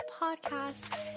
Podcast